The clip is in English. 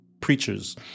preachers